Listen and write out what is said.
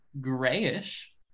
grayish